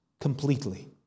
completely